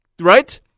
right